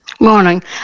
Morning